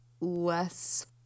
less